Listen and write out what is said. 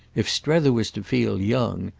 if strether was to feel young,